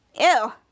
ew